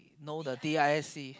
know the D I S E